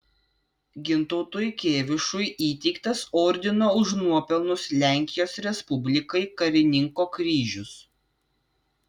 gintautui kėvišui įteiktas ordino už nuopelnus lenkijos respublikai karininko kryžius